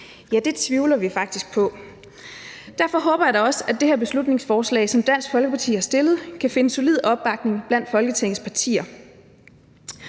ja, det tvivler vi faktisk på. Derfor håber jeg da også, at det her beslutningsforslag, som Dansk Folkeparti har fremsat, kan finde solid opbakning blandt Folketingets partier.